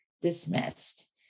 dismissed